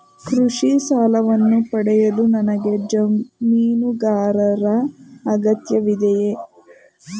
ಕೃಷಿ ಸಾಲವನ್ನು ಪಡೆಯಲು ನನಗೆ ಜಮೀನುದಾರರ ಅಗತ್ಯವಿದೆಯೇ?